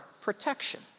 protection